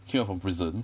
came out from prison